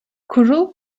kurul